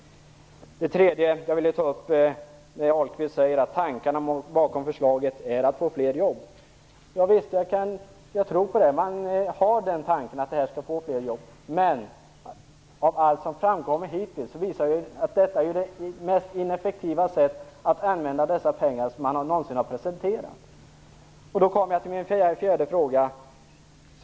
Det tredje jag ville ta upp är följande. Johnny Ahlqvist säger att tankarna bakom förslaget är att få fram fler jobb. Jag tror på det. Man har tanken att det skall leda till fler jobb. Men allt som framkommit hittills visar att detta är det mest ineffektiva sättet att använda dessa pengar som regeringen någonsin har presenterat. Så kommer jag till det fjärde.